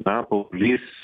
na paauglys